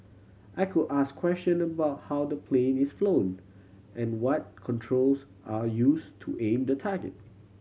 I could ask question about how the plane is flown and what controls are use to aim the target